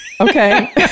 okay